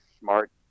smart